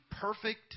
perfect